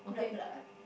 blah blah